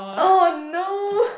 oh no